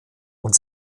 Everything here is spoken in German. und